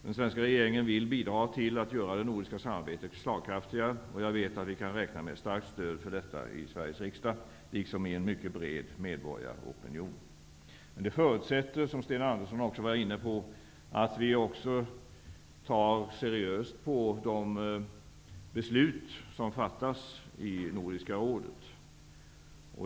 Den svenska regeringen vill bidra till att göra det nordiska samarbetet slagkraftigare. Jag vet att vi kan räkna med ett starkt stöd för detta i Sveriges riksdag liksom i en mycket bred medborgaropinion. Det förutsätter dock -- vilket även Sten Andersson var inne på -- att vi tar seriöst på de beslut som fattas av Nordiska rådet.